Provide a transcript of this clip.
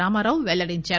రామారావు వెల్లడించారు